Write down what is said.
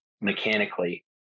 mechanically